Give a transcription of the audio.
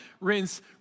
rinse